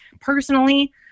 personally